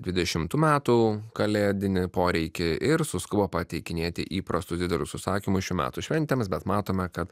dvidešimtų metų kalėdinį poreikį ir suskubo pateikinėti įprastus didelius užsakymus šių metų šventėms bet matome kad